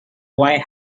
white